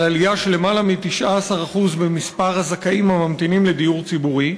על עלייה של למעלה מ-19% במספר הזכאים הממתינים לדיור ציבורי.